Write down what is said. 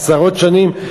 עשרות שנים,